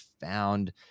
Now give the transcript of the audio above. found